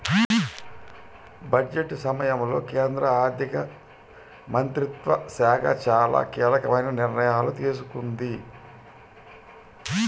budget సమయంలో కేంద్ర ఆర్థిక మంత్రిత్వ శాఖ చాలా కీలకమైన నిర్ణయాలు తీసుకుంది